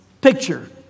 picture